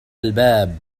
الباب